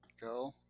go